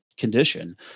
condition